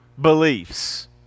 beliefs